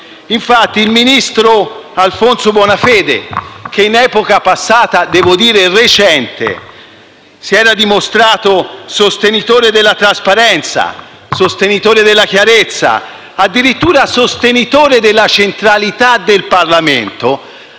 Infatti il ministro Alfonso Bonafede, che in epoca passata e devo dire anche recente si era dimostrato sostenitore della trasparenza, della chiarezza e addirittura della centralità del Parlamento,